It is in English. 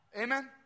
Amen